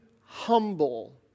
humble